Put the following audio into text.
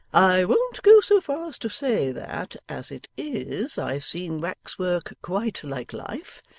i won't go so far as to say, that, as it is, i've seen wax-work quite like life,